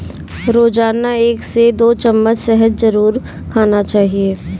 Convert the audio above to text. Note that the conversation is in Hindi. रोजाना एक से दो चम्मच शहद जरुर खाना चाहिए